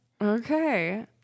Okay